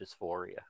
dysphoria